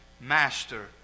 master